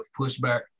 pushback